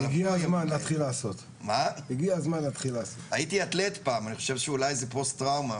אני חושב שאולי זה פוסט-טראומה,